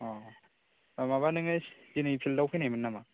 अ ओ माबा नोङो दिनै फिल्डआव फैनायमोन नामा